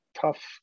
tough